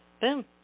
boom